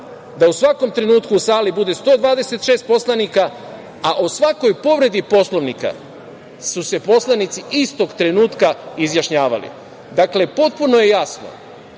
da u svakom trenutku u sali bude 126 poslanika, a o svakoj povredi Poslovnika su se poslanici istog trenutka izjašnjavali. Dakle, potpuno je jasno,